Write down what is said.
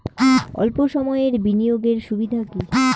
অল্প সময়ের বিনিয়োগ এর সুবিধা কি?